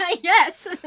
Yes